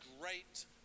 great